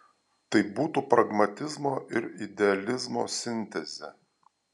tai būtų pragmatizmo ir idealizmo sintezė